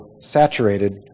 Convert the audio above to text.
saturated